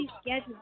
schedule